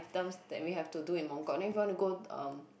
terms that we have to do in Mong Kok then if we wanna go um